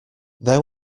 there